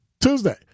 Tuesday